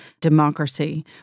democracy